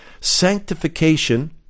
sanctification